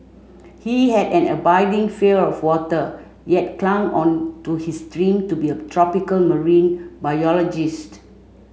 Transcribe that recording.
he had an abiding fear of water yet clung on to his dream to be a tropical marine biologist